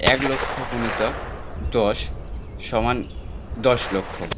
এক লক্ষ গুণিতক দশ সমান দশ লক্ষ